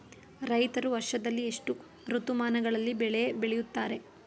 ರೈತರು ವರ್ಷದಲ್ಲಿ ಎಷ್ಟು ಋತುಮಾನಗಳಲ್ಲಿ ಬೆಳೆ ಬೆಳೆಯುತ್ತಾರೆ?